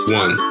one